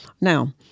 Now